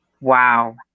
wow